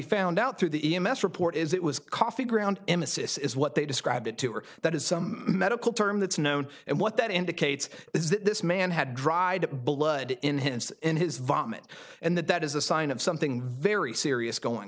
found out through the e m s report is it was coffee ground emesis is what they describe it to or that is some medical term that's known and what that indicates is that this man had dried blood in his in his vomit and that that is a sign of something very serious going